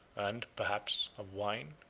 and, perhaps, of wine.